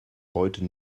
heute